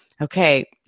okay